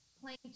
playing